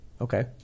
Okay